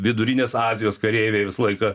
vidurinės azijos kareiviai visą laiką